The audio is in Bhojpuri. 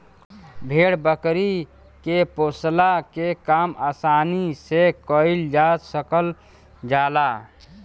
भेड़ बकरी के पोसला के काम आसानी से कईल जा सकल जाला